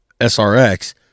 SRX